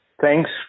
Thanks